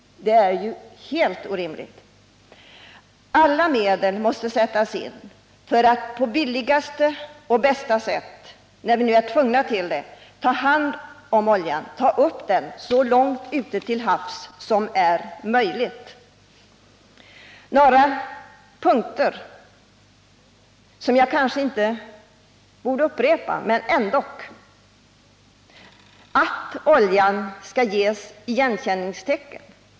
Det är ju helt orimligt. Alla medel måste sättas in för att på billigaste och bästa sätt — när vi nu är tvungna till det — ta hand om oljan, ta upp den så långt ute till havs som det är möjligt. Här är några punkter som jag kanske inte borde upprepa, men ändock: Oljan skall ges igenkänningstecken.